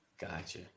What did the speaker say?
Gotcha